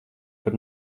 par